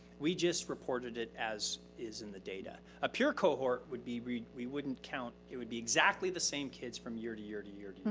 we just reported it as it is in the data. a pure cohort would be we we wouldn't count, it would be exactly the same kids from year to year to year to